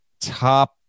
top